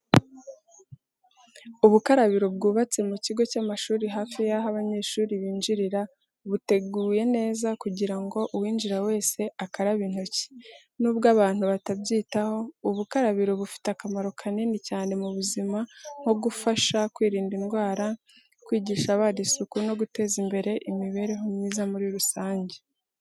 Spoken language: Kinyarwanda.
Ubukarabiro bwubatse mu kigo cy'amashuri hafi y'aho abanyeshuri binjirira, buteguye neza kugira ngo uwinjira wese akarabe intoki. Nubwo abantu batabyitaho, ubukarabiro bufite akamaro kanini cyane mu buzima nko gufasha kwirinda indwara, kwigisha abana isuku no guteza imbere imibereho myiza muri rusange.